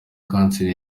kanseri